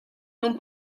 non